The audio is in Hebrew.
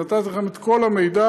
נתתי לכם את כל המידע.